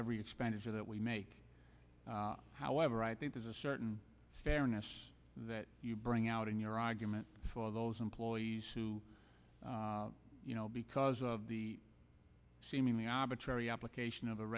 every expenditure that we make however i think there's a certain yes that you bring out in your argument for those employees who you know because of the seemingly arbitrary application of